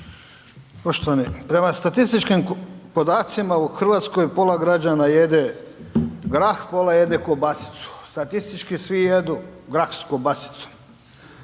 Poštovani. Prema statističkim podacima u Hrvatskoj pola građana jede grah, pola jede kobasicu. Statistički svi jedu grah s kobasicom.